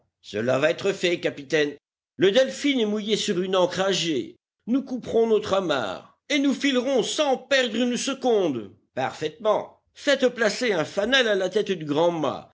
cela va être fait capitaine e elphin est mouillé sur une ancre à jet nous couperons notre amarre et nous filerons sans perdre une seconde parfaitement faites placer un fanal à la tête du grand